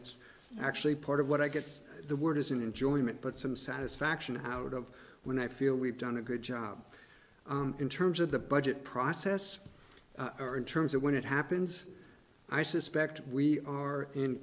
it's actually part of what i get the word isn't enjoyment but some satisfaction out of when i feel we've done a good job in terms of the budget process or in terms of when it happens i suspect we are in